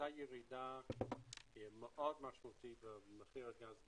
הייתה ירידה מאוד משמעתית במחיר הגז בעולם,